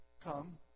come